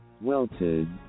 Wilted